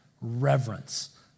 reverence